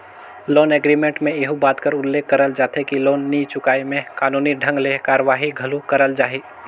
loan agreement में एहू बात कर उल्लेख करल जाथे कि लोन नी चुकाय में कानूनी ढंग ले कारवाही घलो करल जाही